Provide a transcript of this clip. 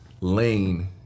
lane